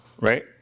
right